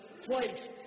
place